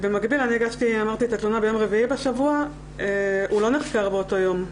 הגשתי את התלונה ביום רביעי בשבוע והוא לא נחקר באותו יום.